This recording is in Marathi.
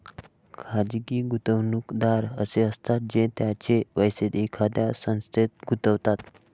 खाजगी गुंतवणूकदार असे असतात जे त्यांचे पैसे एखाद्या संस्थेत गुंतवतात